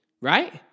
right